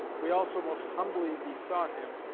we also most humbly besought him,